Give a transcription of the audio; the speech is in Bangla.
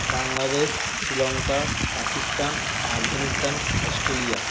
বাংলাদেশ শ্রীলঙ্কা পাকিস্তান আফগানিস্তান অস্ট্রেলিয়া